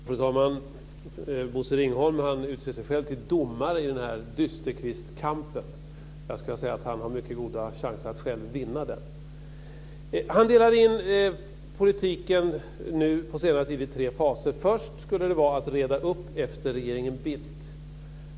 Fru talman! Bosse Ringholm utser sig själv till domare i den här dysterkvistkampen. Han har mycket goda chanser att själv vinna den. På senare tid delar han in politiken i tre faser. Först skulle det vara att reda upp efter regeringen Bildt.